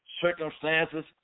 circumstances